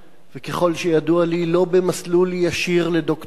וכל שידוע לי לא במסלול ישיר לדוקטורט,